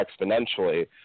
exponentially